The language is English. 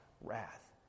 wrath